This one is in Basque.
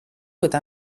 eta